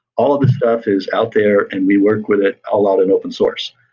all of the stuff is out there and we work with it a lot in open source.